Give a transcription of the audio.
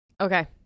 Okay